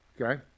okay